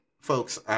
folks